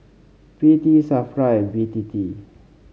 P T Safra and B T T